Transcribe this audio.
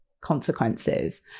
consequences